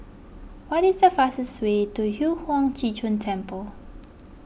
what is the fastest way to Yu Huang Zhi Zun Temple